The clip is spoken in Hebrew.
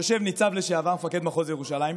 יושב ניצב לשעבר, מפקד מחוז ירושלים,